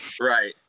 right